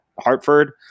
Hartford